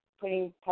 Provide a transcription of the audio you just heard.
putting